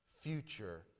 future